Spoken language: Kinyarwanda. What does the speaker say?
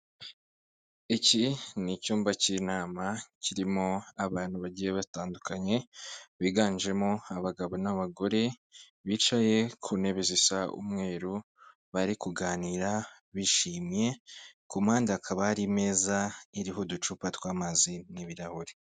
Iki ni icyumba k'inama kirimo abantu bagiye batandukanye biganjemo abagabo n'abagore, bicaye ku ntebe zisa umweru, bari kuganira bishimye ku mpande hakaba hari imeza iririho uducupa tw'amazi n'ibirahuri.